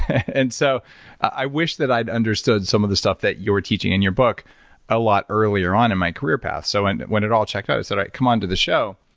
and so i wish that i'd understood some of the stuff that you're teaching in your book a lot earlier on in my career path. so and when it all checked out, i said, right, come on to the show